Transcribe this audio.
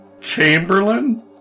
Chamberlain